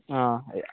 ആ